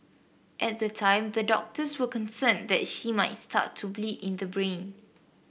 at the time the doctors were concerned that she might start to bleed in the brain